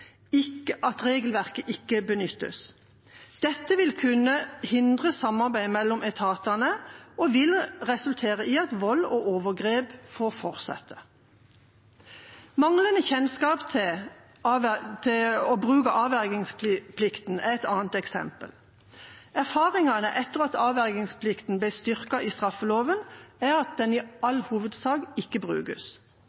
ikke benyttes. Dette vil kunne hindre samarbeid mellom etatene og resultere i at vold og overgrep får fortsette. Manglende kjennskap til å bruke avvergingsplikten er et annet eksempel. Erfaringene etter at avvergingsplikten ble styrket i straffeloven, er at den i